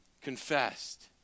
confessed